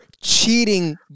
cheating